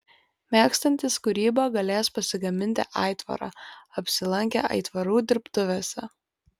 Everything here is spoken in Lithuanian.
mėgstantys kūrybą galės pasigaminti aitvarą apsilankę aitvarų dirbtuvėse